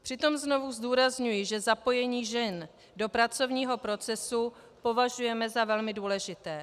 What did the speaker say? Přitom znovu zdůrazňuji, že zapojení žen do pracovního procesu považujeme za velmi důležité.